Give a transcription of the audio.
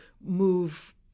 move